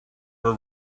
were